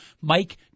Mike